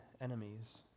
enemies